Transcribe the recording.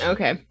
Okay